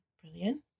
brilliant